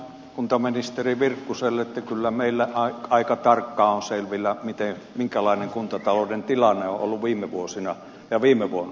totean kuntaministeri virkkuselle että kyllä meillä aika tarkkaan on selvillä minkälainen kuntatalouden tilanne on ollut viime vuosina ja viime vuonna